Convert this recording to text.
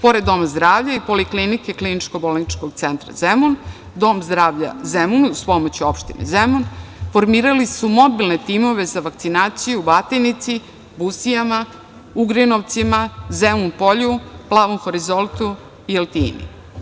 Pored doma zdravlja i poliklinike KBC „Zemun“, Dom zdravlja „Zemun“, uz pomoć Opštine Zemun, formirali su mobilne timove za vakcinaciju u Batajnici, Busijama, Ugrinovcima, Zemun Polju, Plavom horizontu i Altini.